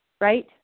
right